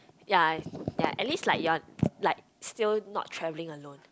ya ya at least like you're like still not travellling alone